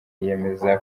yiyemeza